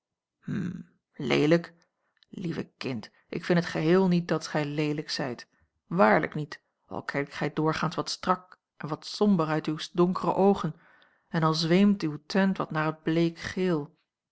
lieve kind ik vind in t geheel niet dat gij leelijk zijt waarlijk niet al kijkt gij doorgaans wat strak en wat somber uit uwe donkere oogen en al zweemt uw tint wat naar het